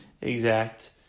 exact